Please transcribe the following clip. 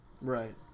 Right